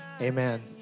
Amen